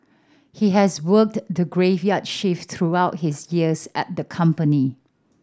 he has worked the graveyard shift throughout his years at the company